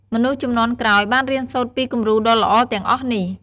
មនុស្សជំនាន់ក្រោយបានរៀនសូត្រពីគំរូដ៏ល្អទាំងអស់នេះ។